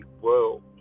world